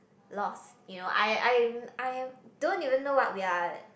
lost you know I I'm I'm don't even know what we are